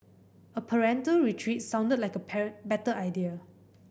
a parental retreat sounded like a better idea